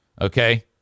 Okay